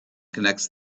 connects